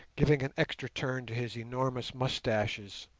giving an extra turn to his enormous moustaches.